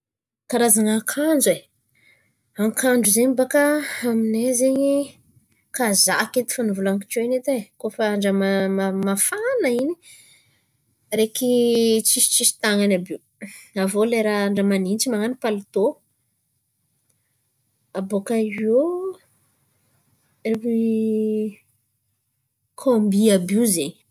Karazana akanjo ai? Ankanjo zen̈y bôkà amin̈ay zen̈y, kazaky edy efa novolan̈iko teo in̈y edy ai. Kôa fa andra ma- ma- mafàna in̈y araiky tsisy tsisy tàn̈ay àby io. Avô lera andra manintsy man̈ano paltô. Abôkà eo ry kombi àby io zen̈y.